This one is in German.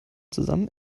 zusammen